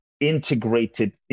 integrated